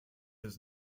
his